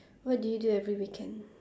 what do you do every weekend